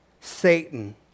Satan